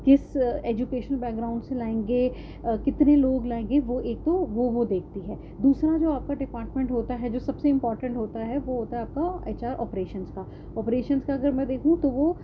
کس educational background سے لائیں گے کتنے لوگ لائیں گے وہ ایک تو وہ وہ دیکھتی ہے دوسرا جو آپ کا ڈپارٹمنٹ ہوتا ہے جو سب سے امپارٹنٹ ہوتا ہے وہ ہوتا ہے آپ کا ایچ آر آپریشنس کا آپریشنس کا اگر میں دیکھوں تو وہ